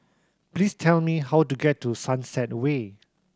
please tell me how to get to Sunset Way